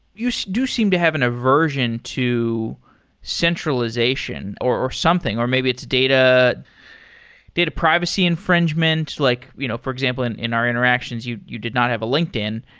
you so do seem to have an aversion to centralization or or something, or maybe it's data data privacy infringement. like you know for example, in in our interactions, you you did not have a linkedin.